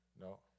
No